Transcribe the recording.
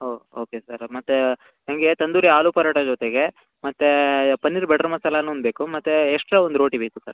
ಓ okay sir ಮತ್ತೆ ನನಗೆ ತಂದೂರಿ ಆಲೂ ಪರೋಟ ಜೊತೆಗೆ ಮತ್ತೆ ಪನ್ನೀರ್ ಬಟರ್ ಮಸಾಲನೂ ಒಂದು ಬೇಕು ಮತ್ತೆ ಎಕ್ಸ್ಟ್ರಾ ಒಂದು ರೋಟಿ ಬೇಕು ಸರ್